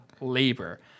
labor